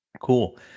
Cool